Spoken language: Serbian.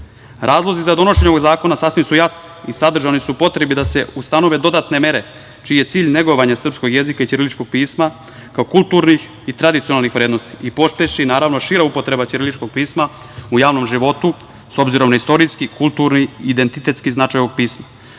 cenu. Razlozi za donošenje ovog zakona sasvim su jasni i sadržani su u potrebi da se ustanove dodatne mere čiji je cilj negovanje srpskog jezika i ćiriličkog pisma kao kulturnih i tradicionalnih vrednosti i pospeši, naravno, šira upotreba ćiriličkog pisma u javnom životu s obzirom na istorijski, kulturni i identitetski značaj ovog pisma. Stoga,